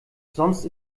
sonst